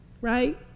Right